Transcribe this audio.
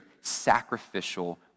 sacrificial